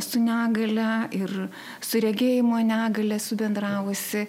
su negalia ir su regėjimo negalia esu bendravusi